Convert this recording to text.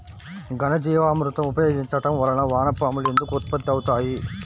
ఘనజీవామృతం ఉపయోగించటం వలన వాన పాములు ఎందుకు ఉత్పత్తి అవుతాయి?